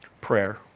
prayer